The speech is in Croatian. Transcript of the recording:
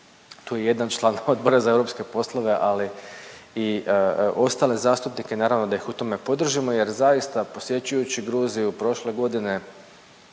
tu je jedan član Odbora za europske poslove, ali i ostale zastupnike, naravno da ih u tome podržimo jer zaista posjećujući Gruziju prošle godine,